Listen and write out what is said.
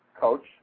coach